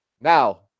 Now